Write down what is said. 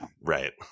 right